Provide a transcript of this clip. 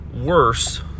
worse